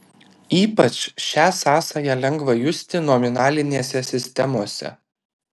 ypač šią sąsają lengva justi nominalinėse sistemose